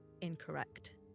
incorrect